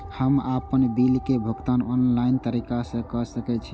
हम आपन बिल के भुगतान ऑनलाइन तरीका से कर सके छी?